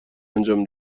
انجام